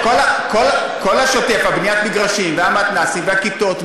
כל השוטף: בניית המגרשים והמתנ"סים והכיתות,